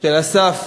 של אסף,